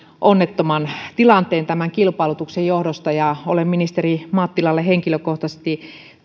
onnettoman tilanteen tämän kilpailutuksen johdosta ja olen ministeri mattilalle henkilökohtaisesti